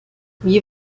wie